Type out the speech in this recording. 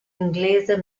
inglese